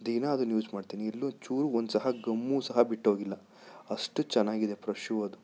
ದಿನಾ ಅದನ್ನು ಯೂಸ್ ಮಾಡ್ತೀನಿ ಎಲ್ಲೂ ಚೂರೂ ಒಂದು ಸಹ ಗಮ್ಮು ಸಹ ಬಿಟ್ಟೋಗಿಲ್ಲ ಅಷ್ಟು ಚೆನ್ನಾಗಿದೆಪ್ಪ ಶೂ ಅದು